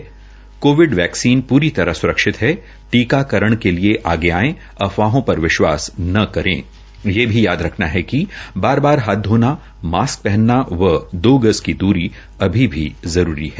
Covid vaccine पूरी तरह सुरक्षित है टीकाकरण के लिए आगे आएं अफवाहों पर विश्वास न करे यह भी याद रखना है कि बार बार हाथ धोना मास्क पहनना व दो गज की द्री अभी भी जरूरी है